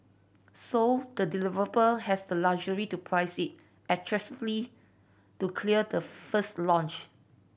so the developer has the luxury to price it attractively to clear the first launch